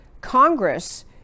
Congress